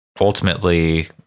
ultimately